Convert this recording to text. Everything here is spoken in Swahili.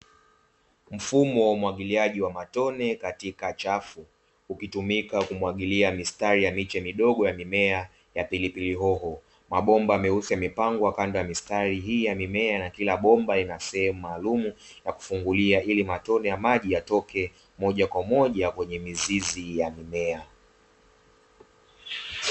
Mfumo wa umwagiliaji wa matone katika chafu, ukitumika kumwagilia mistari ya miche midogo ya mimea ya pilipili hoho. Mabomba meusi yamepangwa kando ya mistari hii ya mimea na kila bomba ina sehemu maalumu ya kufungulia ili matone ya maji yatoke moja kwa moja kwenye mizizi ya mimea.